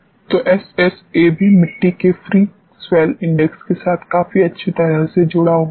तो एसएसए भी मिट्टी के फ्री स्वेल्ल इंडेक्स के साथ काफी अच्छी तरह से जुड़ा हुआ है